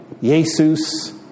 Jesus